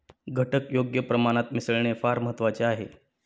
घटक योग्य प्रमाणात मिसळणे फार महत्वाचे आहे